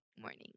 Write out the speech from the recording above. morning